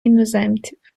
іноземців